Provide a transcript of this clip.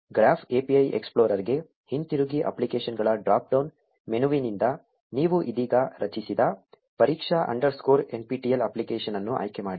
graph API ಎಕ್ಸ್ಪ್ಲೋರರ್ಗೆ ಹಿಂತಿರುಗಿ ಅಪ್ಲಿಕೇಶನ್ಗಳ ಡ್ರಾಪ್ ಡೌನ್ ಮೆನುವಿನಿಂದ ನೀವು ಇದೀಗ ರಚಿಸಿದ ಪರೀಕ್ಷಾ ಅಂಡರ್ಸ್ಕೋರ್ nptel ಅಪ್ಲಿಕೇಶನ್ ಅನ್ನು ಆಯ್ಕೆಮಾಡಿ